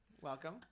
Welcome